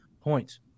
points